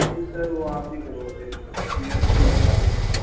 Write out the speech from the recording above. نہیں سر وہ آپ ہی کرو گے میں تو نیا ہوں گا